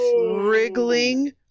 Wriggling